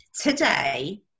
today